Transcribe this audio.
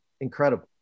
incredible